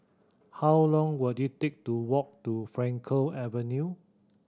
how long will it take to walk to Frankel Avenue